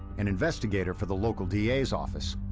an investigator for the local da's office,